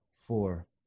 four